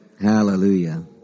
Hallelujah